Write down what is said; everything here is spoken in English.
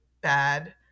bad